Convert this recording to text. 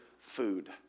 food